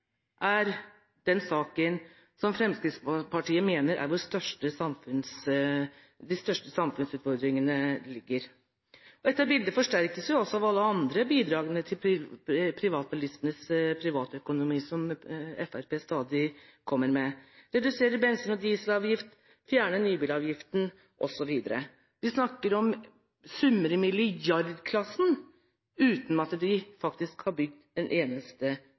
er den saken Fremskrittspartiet mener er vår største samfunnsutfordring. Dette bildet forsterkes også av alle de andre bidragene til privatbilistenes privatøkonomi som Fremskrittspartiet stadig kommer med, bl.a. å redusere bensin- og dieselavgiften og å fjerne nybilavgiften. Vi snakker om summer i milliardklassen uten at de faktisk har bygd en eneste